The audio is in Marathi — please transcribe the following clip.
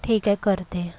ठीक आहे करते